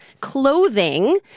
clothing